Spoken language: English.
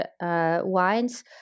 wines